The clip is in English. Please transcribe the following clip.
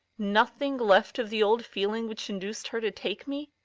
nothing left of the old feeling which induced her to take me?